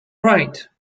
right